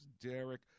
Derek